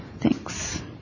Thanks